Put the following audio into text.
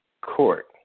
court